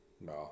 No